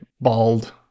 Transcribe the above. bald